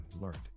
learned